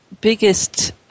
biggest